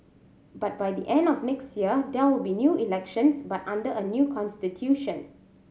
but by the end of next year there will be new elections but under a new constitution